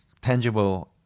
tangible